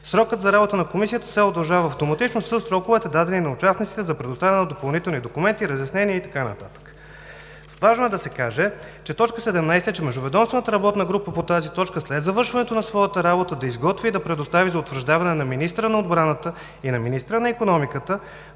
Срокът за работа на Комисията се удължава автоматично със сроковете, дадени на участниците за предоставяне на допълнителни документи, разяснения и така нататък…“ Точка 17 е : „Междуведомствената работна група по тази точка след завършване на своята работа да изготви и предостави за утвърждаване на министъра на отбраната и на министъра на икономиката